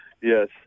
Yes